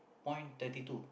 point thirty two